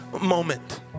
moment